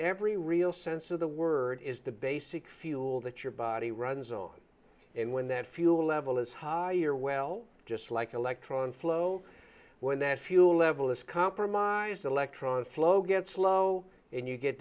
every real sense of the word is the basic fuel that your body runs on and when that fuel level is higher well just like electron flow when that fuel level is compromised electron flow gets low and you get